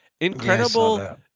incredible